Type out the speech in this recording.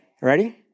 Ready